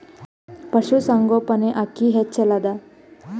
ಪಶುಸಂಗೋಪನೆ ಅಕ್ಕಿ ಹೆಚ್ಚೆಲದಾ?